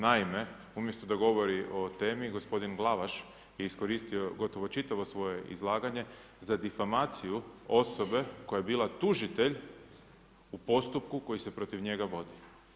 Naime, umjesto da govori o temi, gospodin Glavaš je iskoristio gotovo čitavo svoje izlaganje za difamaciju osobe koja je bila tužitelj u postupku koji se protiv njega vodio.